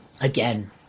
again